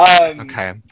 Okay